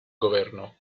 governo